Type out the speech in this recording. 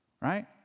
right